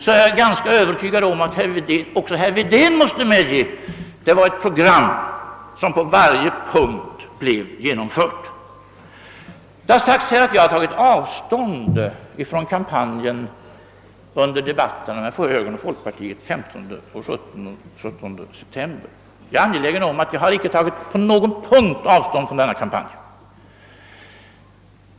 Jag är ganska Öövertygad om att även herr Wedén då måste medge att det var ett program som på varje punkt blev genomfört. Det har sagts att jag har tagit avstånd från kampanjen under debatterna med högern och folkpartiet den 15 och 17 september. Jag är angelägen att säga att jag inte på någon punkt har tagit avstånd från denna kampanj.